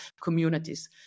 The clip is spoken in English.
communities